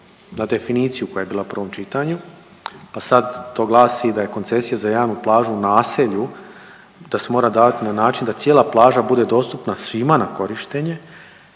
na definiciju koja je bila u prvom čitanju, pa sad to glasi da je koncesija za javnu plažu u naselju, da se mora davati na način da cijela plaža bude dostupna svima na korištenje,